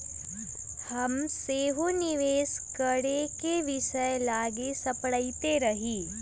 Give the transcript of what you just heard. हम सेहो निवेश करेके विषय लागी सपड़इते रही